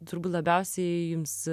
turbūt labiausiai jums